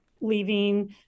leaving